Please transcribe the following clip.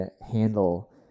handle